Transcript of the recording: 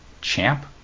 champ